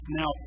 now